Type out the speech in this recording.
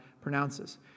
pronounces